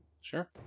Sure